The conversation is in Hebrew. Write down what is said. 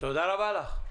תודה רבה לך.